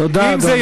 תודה, אדוני.